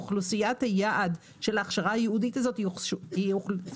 אוכלוסיית היעד של ההכשרה הייעודית הזאת היא מצומצמת.